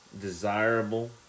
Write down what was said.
Desirable